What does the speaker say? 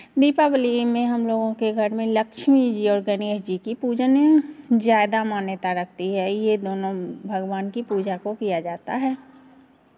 दीपावली में हमलोगों के घर में लक्ष्मी जी और गणेश जी की पूजन ज़्यादा मान्यता रखती है ये दोनों भगवान की पूजा को किया जाता है